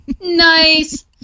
Nice